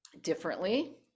differently